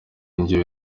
njyewe